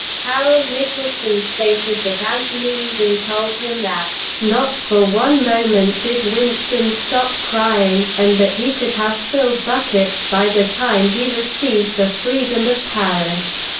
harold nicolson stated that anthony eden told him that not for one moment did winston stop crying, and that he could have filled buckets by the time he received the freedom of paris.